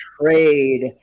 trade